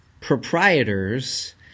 proprietors